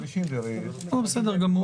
--- בסדר גמור.